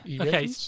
Okay